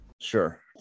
Sure